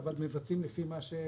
אבל מבצעים לפי מה שמסוגלים,